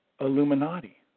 Illuminati